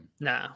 No